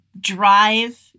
drive